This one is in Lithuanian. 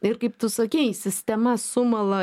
ir kaip tu sakei sistema sumala